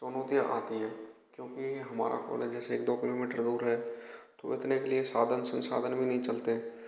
चुनौतियाँ आती हैं क्योंकि हमारा कॉलेज जैसे दो किलोमीटर दूर है तो इतने के लिए साधन संसाधन भी नहीं चलते